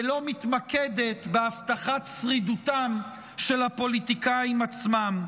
ולא מתמקדת בהבטחת שרידותם של הפוליטיקאים עצמם.